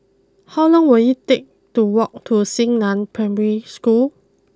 how long will it take to walk to Xingnan Primary School